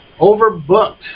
Overbooked